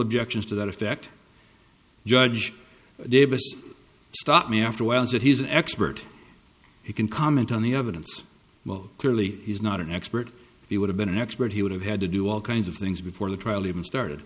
objections to that effect judge davis stopped me afterwards that he's an expert he can comment on the evidence clearly he's not an expert he would have been an expert he would have had to do all kinds of things before the trial even started